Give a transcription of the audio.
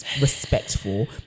respectful